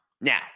Now